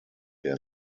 der